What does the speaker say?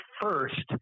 first